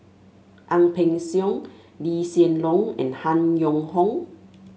Ang Peng Siong Lee Hsien Loong and Han Yong Hong